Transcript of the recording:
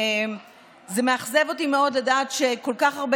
זה מאכזב אותי מאוד לדעת שכל כך הרבה